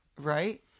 Right